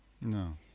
no